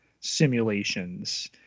simulations